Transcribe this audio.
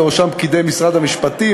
ובראשם פקידי משרד המשפטים,